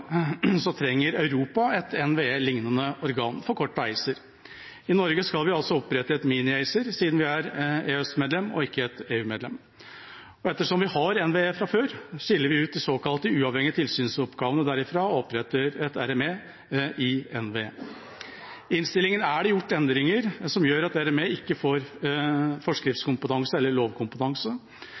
trenger Europa et NVE-lignende organ – forkortet ACER. I Norge skal vi altså opprette et mini-ACER, siden vi er EØS-medlem og ikke et EU-medlem. Og ettersom vi har NVE fra før, skiller vi ut de såkalt uavhengige tilsynsoppgavene derifra og oppretter en reguleringsmyndighet for energi, RME, i NVE. I innstillinga er det gjort endringer som gjør at RME ikke får forskriftskompetanse eller lovkompetanse.